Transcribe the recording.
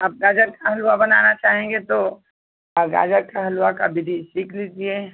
आप गाजर का हलवा बनाना चाहेंगे तो गाजर के हलवा की विधि सीख लीजिए